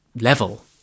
level